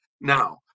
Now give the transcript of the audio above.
Now